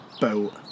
Boat